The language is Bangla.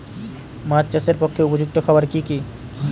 মাছ চাষের পক্ষে উপযুক্ত খাবার কি কি?